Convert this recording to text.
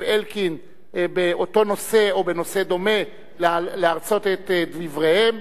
אלקין באותו נושא או בנושא דומה להרצות את דבריהם,